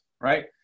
right